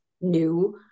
new